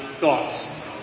thoughts